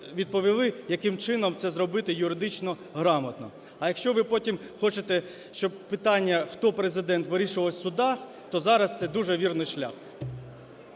відповіли, яким чином це зробити юридично грамотно. А якщо ви потім хочете, щоб питання, хто Президент, вирішувалось в судах, то зараз це дуже вірний шлях.